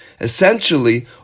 Essentially